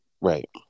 Right